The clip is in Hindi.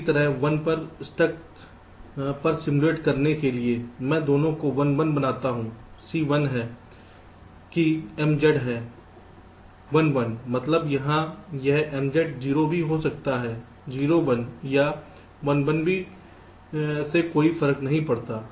इसी तरह 1 पर स्टक पर सिमुलेट करने के लिए मैं दोनों को 1 1 बनाता हूं Cl है कि MZ है 1 1 मतलब यहाँ यह MZ 0 भी हो सकता है 0 1 या 1 1 से कोई फर्क नहीं पड़ता